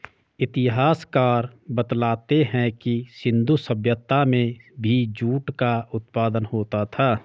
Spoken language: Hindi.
इतिहासकार बतलाते हैं कि सिन्धु सभ्यता में भी जूट का उत्पादन होता था